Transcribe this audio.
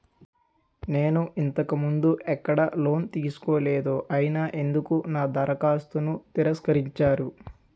నేను ఇంతకు ముందు ఎక్కడ లోన్ తీసుకోలేదు అయినా ఎందుకు నా దరఖాస్తును తిరస్కరించారు?